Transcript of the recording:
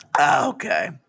Okay